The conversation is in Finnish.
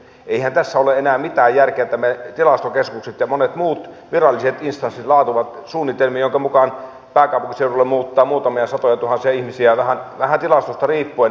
eihän tässä ole enää mitään järkeä että tilastokeskukset ja monet muut viralliset instanssit laativat suunnitelmia joidenka mukaan pääkaupunkiseudulle muuttaa muutamia satojatuhansia ihmisiä vähän tilastosta riippuen